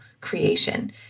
creation